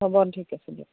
হ'ব ঠিক আছে দিয়ক